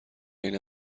این